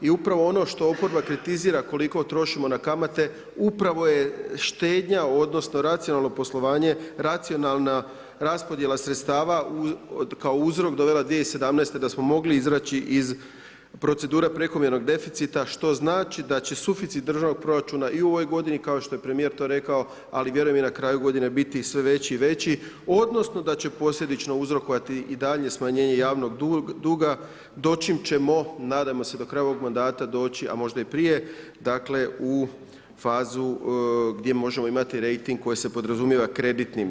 I upravo ono što oporba kritizira koliko trošimo na kamate upravo je štednja, odnosno racionalno poslovanje, racionalna raspodjela sredstava kao uzrok dovela 2017. da smo mogli izaći iz procedure prekomjernog deficita što znači da će suficit državnog proračuna i u ovoj godini kao što je premijer to rekao ali vjerujem i na kraju godine biti sve veći i veći, odnosno da će posljedično uzrokovati i daljnje smanjenje javnog duga dočim ćemo, nadamo se do kraja ovog mandata doći a možda i prije dakle u fazu gdje možemo imati rejting koji se podrazumijeva kreditnim.